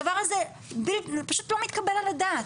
הדבר הזה פשוט לא מתקבל על הדעת.